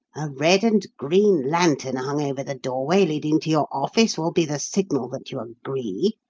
a red and green lantern hung over the doorway leading to your office will be the signal that you agree,